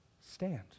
stand